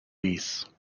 beasts